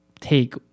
take